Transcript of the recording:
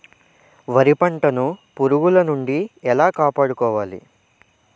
వరి పంటను పురుగుల నుండి ఎలా కాపాడుకోవాలి?